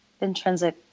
intrinsic